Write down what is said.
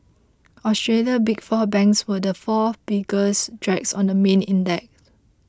Australia's Big Four banks were the four biggest drags on the main index